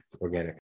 organic